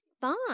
fine